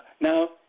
Now